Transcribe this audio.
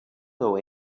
know